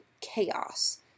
chaos